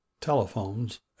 telephones